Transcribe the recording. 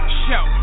show